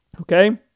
Okay